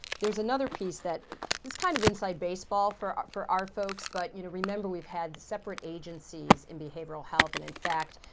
there's another piece that is kind of inside baseball for our for our folks, but you know, remember, we've had separate agencies in behavioral health. and in fact,